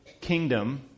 kingdom